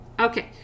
Okay